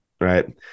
Right